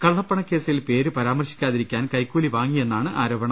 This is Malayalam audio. കള്ളപ്പണക്കേസിൽ പേരു പരാ മർശിക്കാതിരിക്കാൻ കൈക്കൂലി വാങ്ങിയെന്നാണ് ആരോപണം